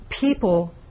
people